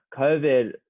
COVID